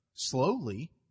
Slowly